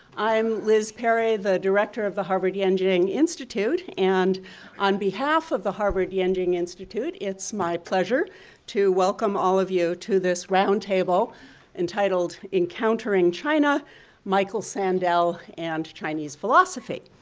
i'm liz perry, the director of the harvard-yenching institute and on behalf of the harvard-yenching institute, it's my pleasure to welcome all of you to this round table entitled, encountering china michael sandel and chinese philosophy.